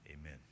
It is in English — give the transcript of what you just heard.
amen